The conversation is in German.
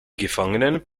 gefangenen